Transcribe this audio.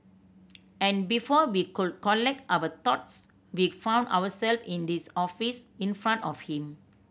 and before we could collect our thoughts we found ourselves in this office in front of him